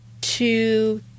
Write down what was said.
two